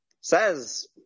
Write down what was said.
says